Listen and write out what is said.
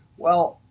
well,